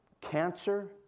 cancer